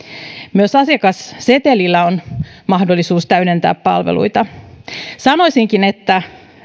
myös asiakassetelillä on mahdollisuus täydentää palveluita sanoisinkin että